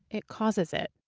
it causes it.